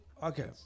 Okay